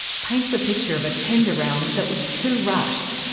paints a picture of a tender round that was too rushed,